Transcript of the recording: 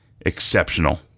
exceptional